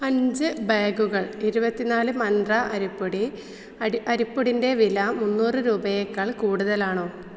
അഞ്ച് ബാഗുകൾ ഇരുപത്തി നാല് മന്ത്ര അരിപ്പൊടി അരി അരിപ്പൊടിന്റെ വില മുന്നൂറ് രൂപയേക്കാൾ കൂടുതലാണോ